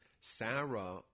Sarah